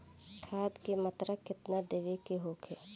खाध के मात्रा केतना देवे के होखे?